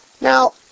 Now